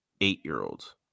eight-year-olds